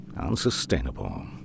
unsustainable